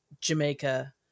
Jamaica